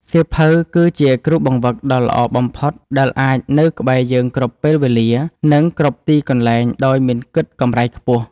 សៀវភៅ គឺជាគ្រូបង្វឹកដ៏ល្អបំផុតដែលអាចនៅក្បែរយើងគ្រប់ពេលវេលា និងគ្រប់ទីកន្លែងដោយមិនគិតកម្រៃខ្ពស់។